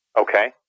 Okay